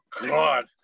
God